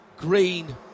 green